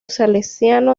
salesiano